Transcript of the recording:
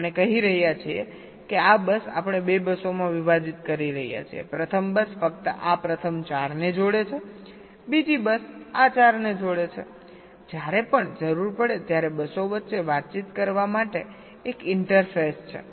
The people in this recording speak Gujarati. આપણે કહી રહ્યા છીએ કે આ બસ આપણે 2 બસોમાં વિભાજીત કરી રહ્યા છીએપ્રથમ બસ ફક્ત આ પ્રથમ 4 ને જોડે છે બીજી બસ આ 4 ને જોડે છે જ્યારે પણ જરૂર પડે ત્યારે બસો વચ્ચે વાતચીત કરવા માટે એક ઇન્ટરફેસ છે